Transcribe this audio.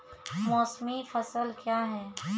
मौसमी फसल क्या हैं?